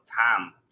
time